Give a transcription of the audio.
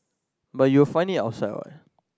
but you will find it ourself leh